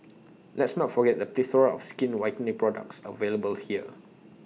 let's not forget the plethora of skin whitening products available here